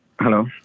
Hello